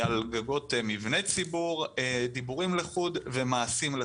על גגות מבני ציבור, דיבורים לחוד ומעשים לחוד.